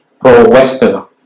pro-Western